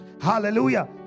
Hallelujah